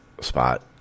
spot